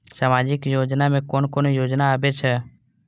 सामाजिक योजना में कोन कोन योजना आबै छै?